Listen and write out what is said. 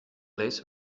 less